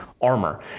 armor